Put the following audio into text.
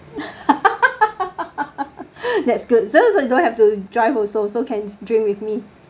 that's good so as long as I don't have to drive also so can drink with me